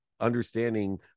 understanding